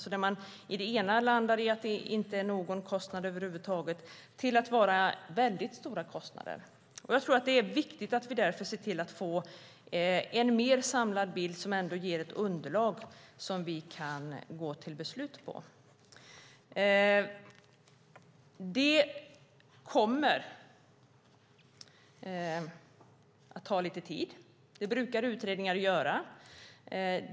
I den ena utredningen landar man i att det inte är någon kostnad över huvud taget, och i den andra sägs det vara väldigt stora kostnader. Jag tror därför att det är viktigt att vi ser till att få en mer samlad bild som ger ett underlag som vi kan gå till beslut på. Det kommer att ta lite tid. Det brukar utredningar göra.